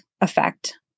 effect